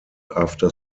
after